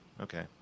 Okay